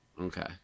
okay